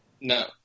No